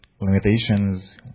limitations